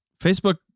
Facebook